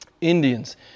Indians